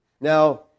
Now